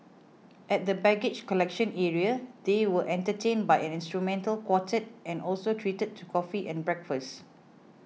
at the baggage collection area they were entertained by an instrumental quartet and also treated to coffee and breakfast